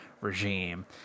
regime